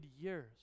years